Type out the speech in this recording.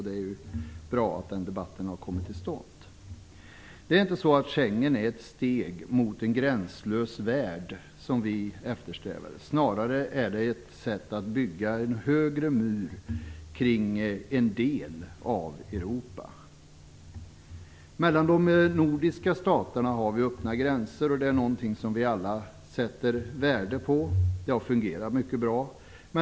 Det är bra att debatten har kommit till stånd. Det är inte så att Schengen är ett steg mot en gränslös värld som vi eftersträvar. Snarare är det ett sätt att bygga en högre mur kring en del av Europa. Mellan de nordiska staterna har vi öppna gränser, och det är någonting som vi alla sätter värde på. Det har fungerat mycket bra.